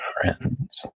friends